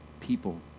people